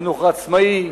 החינוך העצמאי,